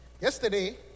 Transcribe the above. Yesterday